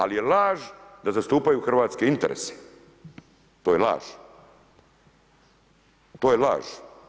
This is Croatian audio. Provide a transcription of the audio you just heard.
Ali je laž da zastupaju hrvatske interese to je laž.